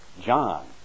John